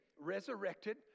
resurrected